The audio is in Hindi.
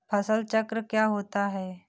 फसल चक्र क्या होता है?